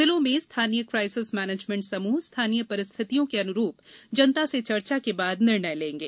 जिलों में स्थानीय क्राइसिस मैनेजमेंट समूह स्थानीय परिस्थितियों के अनुरूप जनता से चर्चा के बाद निर्णय लेंगे